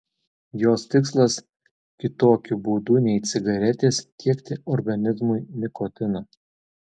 jos tikslas kitokiu būdu nei cigaretės tiekti organizmui nikotiną